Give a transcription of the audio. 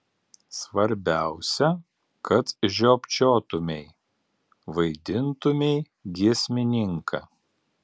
svarbiausia kad žiopčiotumei vaidintumei giesmininką